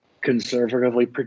conservatively